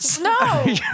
No